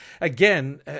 again